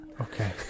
Okay